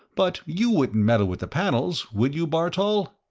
but you wouldn't meddle with panels, would you, bartol?